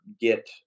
get